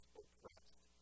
oppressed